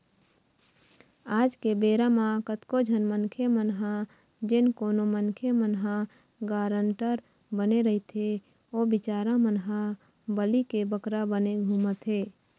आज के बेरा म कतको झन मनखे मन ह जेन कोनो मनखे मन ह गारंटर बने रहिथे ओ बिचारा मन ह बली के बकरा बने घूमत हें